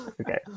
Okay